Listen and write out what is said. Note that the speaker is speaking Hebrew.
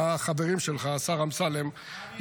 השר אמסלם,